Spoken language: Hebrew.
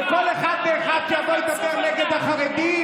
בכל אחד ואחד שיבוא וידבר נגד החרדים.